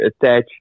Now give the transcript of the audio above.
attach